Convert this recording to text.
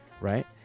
right